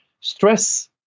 stress